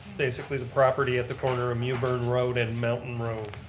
basically the property at the corner of mewburn road and mountain road.